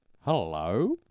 Hello